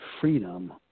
freedom